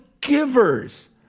givers